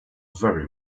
very